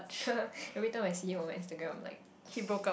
every time I see him on Instagram I'm like